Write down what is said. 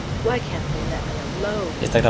why can't they let me alone.